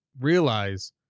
realize